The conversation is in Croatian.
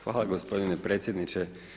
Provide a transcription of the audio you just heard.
Hvala gospodine predsjedniče.